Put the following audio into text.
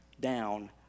down